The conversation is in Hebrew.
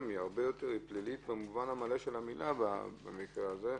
היא עבירה הרבה יותר פלילית במובן המלא של המילה במקרה הזה.